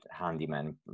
handymen